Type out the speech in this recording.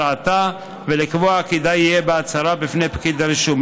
עתה ולקבוע כי די יהיה בהצהרה בפני פקיד הרישום.